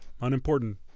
Unimportant